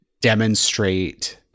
demonstrate